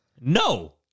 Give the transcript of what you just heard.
No